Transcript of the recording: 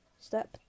Step